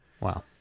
Wow